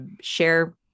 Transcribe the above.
share